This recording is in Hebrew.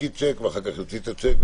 יפקיד שיק ואחר כך יוציא אותו.